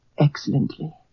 excellently